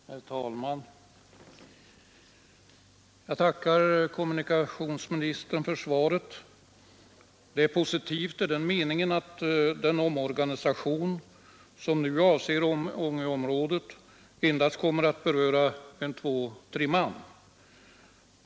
Herr talman! Jag tackar kommunikationsministern för svaret. Det är positivt i den meningen att den omorganisation som nu avser Ångeområdet endast kommer att beröra två å tre man.